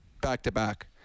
back-to-back